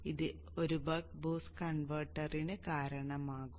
ഇത് ഒരു buck boost കൺവെർട്ടറിന് കാരണമാകും